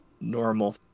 normal